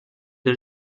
the